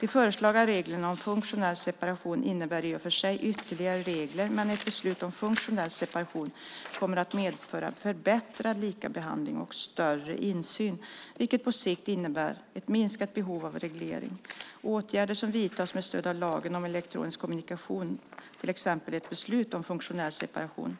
De föreslagna reglerna om funktionell separation innebär i och för sig ytterligare regler, men ett beslut om funktionell separation kommer att medföra förbättrad likabehandling och större insyn, vilket på sikt innebär ett minskat behov av reglering. Åtgärder som vidtas med stöd av lagen om elektronisk kommunikation, till exempel ett beslut om funktionell separation,